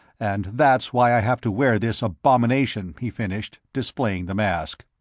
and that's why i have to wear this abomination, he finished, displaying the mask.